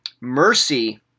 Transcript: mercy